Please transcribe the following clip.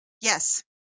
Yes